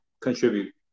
contribute